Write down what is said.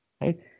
right